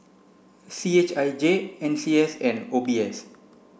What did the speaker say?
C H I J N C S and O B S